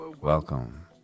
Welcome